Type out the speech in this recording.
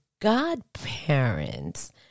godparents